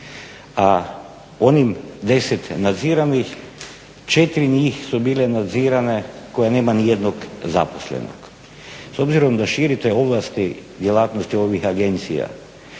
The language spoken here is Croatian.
a onim 10 nadziranih 4 njih su bile nadzirane koje nema ni jednog zaposlenog. S obzirom da širite ovlasti djelatnosti ovih agencija